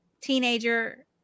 teenager